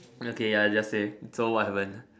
okay ya you just say so what happen